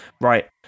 Right